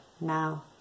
now